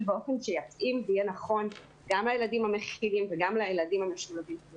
באופן שיתאים ויהיה נכון גם לילדים המכילים וגם לילדים המשולבים.